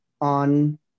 on